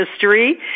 history